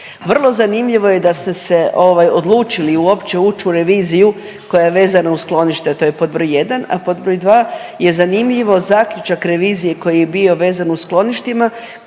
Vrlo zanimljivo je da ste se ovaj odlučili uopće ući u reviziju koja je vezana uz skloništa, to je pod broj jedan, a pod broj dva je zanimljivo zaključak revizije koji je bio vezan u skloništima